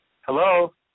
Hello